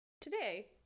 Today